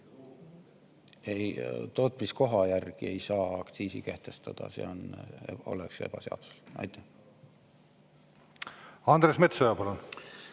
tootmiskoha järgi ei saa aktsiisi kehtestada, see oleks ebaseaduslik. Andres Metsoja, palun!